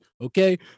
Okay